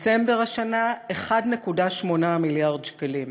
דצמבר השנה 1.8 מיליארד שקלים,